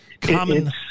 common